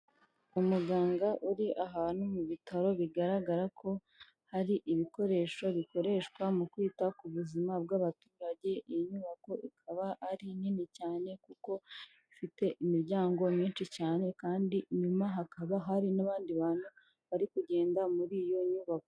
Umuganga uri ahantu mu bitaro bigaragara ko hari ibikoresho bikoreshwa mu kwita ku buzima bw'abaturage, iyi nyubako ikaba ari nini cyane kuko ifite imiryango myinshi cyane kandi inyuma hakaba hari n'abandi bantu, bari kugenda muri iyo nyubako.